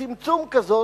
בצמצום כזה,